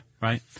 Right